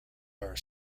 are